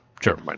Sure